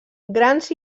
grans